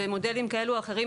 במודלים וכאלה ואחרים,